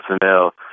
personnel